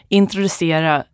introducera